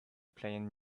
playing